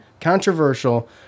controversial